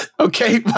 Okay